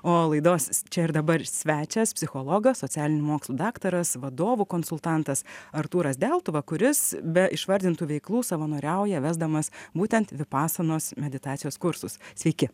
o laidos čia ir dabar svečias psichologas socialinių mokslų daktaras vadovų konsultantas artūras deltuva kuris be išvardintų veiklų savanoriauja vesdamas būtent vipasanos meditacijos kursus sveiki